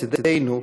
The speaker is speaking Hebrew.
מצדנו,